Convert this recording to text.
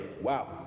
Wow